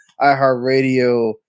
iHeartRadio